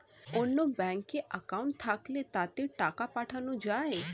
অন্য ব্যাঙ্কে অ্যাকাউন্ট থাকলে তাতে টাকা পাঠানো যায়